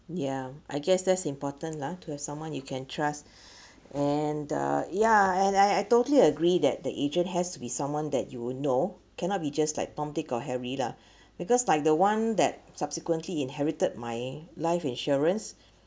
ya I guess that's important lah to have someone you can trust and uh and I I totally agree that the agent has to be someone that you know cannot be just like tom dick or harry lah because like the one that subsequently inherited my life insurance